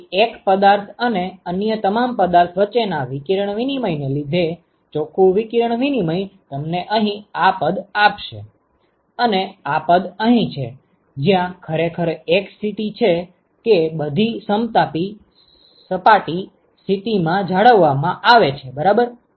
તેથી 1 પદાર્થ અને અન્ય તમામ પદાર્થ વચ્ચેના વિકિરણ વિનિમય ને લીધે ચોખ્ખું વિકિરણ વિનિમય તમને અહીં આ પદ આપશે અને આ પદ અહીં છે જ્યાં ખરેખર એક સ્થિતિ છે કે બધી સપાટી એક સમતાપી સ્થિતિમાં જાળવવામાં આવે છે બરાબર